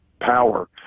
power